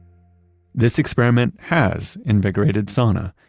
this experiment has invigorated sana.